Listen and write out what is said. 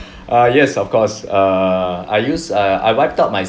uh yes of course err I use err I wiped out my